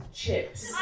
chips